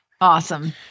Awesome